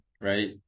right